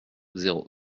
zéro